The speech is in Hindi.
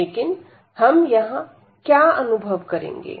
लेकिन हम यहां क्या अनुभव करेंगे